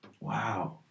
Wow